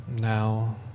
now